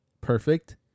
perfect